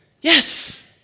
Yes